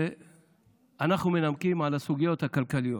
אנחנו מנמקים את הסוגיות הכלכליות.